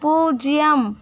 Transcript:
பூஜ்ஜியம்